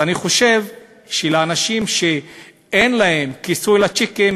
אני חושב שלאנשים שאין להם כיסוי לצ'קים,